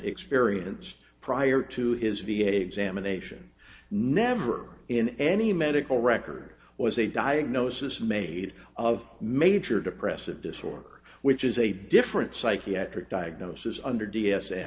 experience prior to his viet examination never in any medical record was a diagnosis made of major depressive disorder which is a different psychiatric diagnosis under d